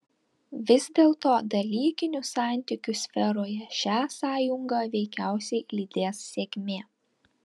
vis dėlto dalykinių santykių sferoje šią sąjungą veikiausiai lydės sėkmė